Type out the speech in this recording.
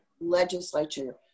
legislature